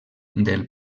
del